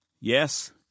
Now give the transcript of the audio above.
Yes